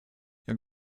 jak